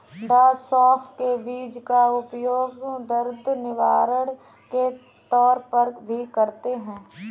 डॉ सौफ के बीज का उपयोग दर्द निवारक के तौर पर भी करते हैं